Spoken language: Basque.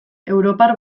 europar